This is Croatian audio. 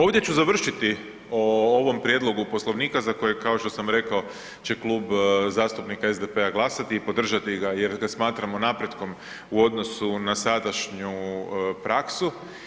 Ovdje ću završiti o ovom prijedlogu Poslovnika za kojeg, kao što sam rekao, će Klub zastupnika SDP-a glasati i podržati ga jer ga smatramo napretkom u odnosu na sadašnju praksu.